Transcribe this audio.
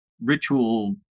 ritual